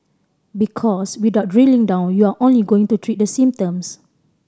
because without drilling down you're only going to treat the symptoms